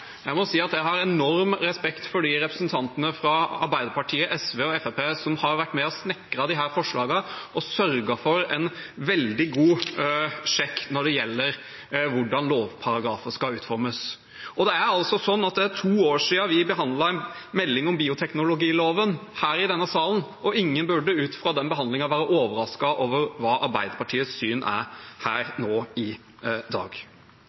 Jeg må si at jeg har enorm respekt for de representantene fra Arbeiderpartiet, SV og Fremskrittspartiet som har vært med og snekret disse forslagene og sørget for en veldig god sjekk når det gjelder hvordan lovparagrafer skal utformes. Det er to år siden vi behandlet en melding om bioteknologiloven her i denne salen, og ingen burde ut fra den behandlingen være overrasket over hva Arbeiderpartiets syn er her i dag.